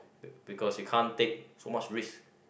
be because you can't take so much risk